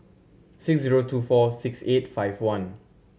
six zero two four six eight five one